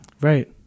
Right